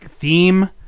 theme